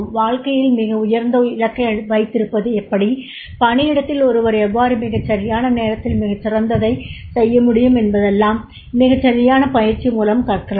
வாழ்க்கையில் மிக உயர்ந்த இலக்கை வைத்திருப்பது எப்படி பணியிடத்தில் ஒருவர் எவ்வாறு மிகச் சரியான நேரத்தில் மிகச் சிறந்ததைச் செய்ய முடியும் என்பனவெல்லாம் மிகச் சரியான பயிற்சி மூலம் கற்கலாம்